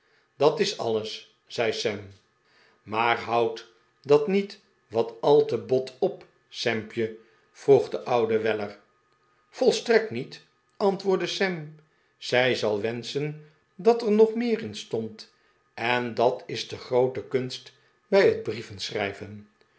dat is alles zei sam maar houdt dat niet wat al te bot op sampje vroeg de oude weller volstrekt niet antwoordde sam zij zal wenschen dat er nog meer in stond en dat is de groote kunst bij het brieven schrijven